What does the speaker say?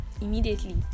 immediately